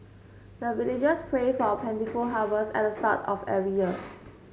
the villagers pray for plentiful harvest at the start of every year